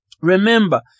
Remember